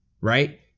right